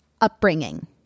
upbringing